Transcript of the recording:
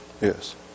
Yes